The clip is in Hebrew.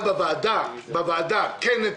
את המבחנים של לשכת רואי החשבון המיומנות שלו הרבה יותר